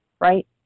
right